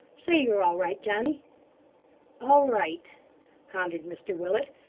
say you're all right, johnny all right pondered mr willet,